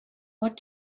what